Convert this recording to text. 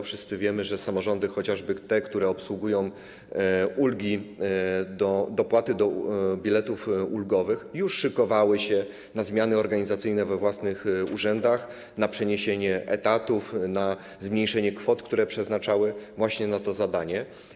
Wszyscy wiemy, że samorządy, chociażby te, które obsługują ulgi, dopłaty do biletów ulgowych, już szykowały się na zmiany organizacyjne we własnych urzędach, na przeniesienie etatów, na zmniejszenie kwot, które przeznaczały na to zadanie.